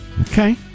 Okay